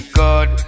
good